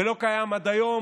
ולא קיים עד היום.